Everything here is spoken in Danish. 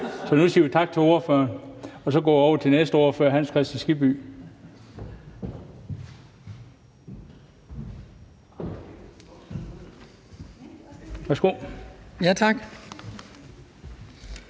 Nu siger vi tak til ordføreren, og så går vi over til den næste ordfører, hr. Hans Kristian Skibby. Værsgo. Kl.